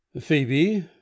Phoebe